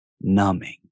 numbing